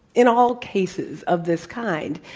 in all cases of this kind,